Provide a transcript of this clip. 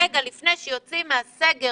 רגע לפני שיוצאים מהסגר,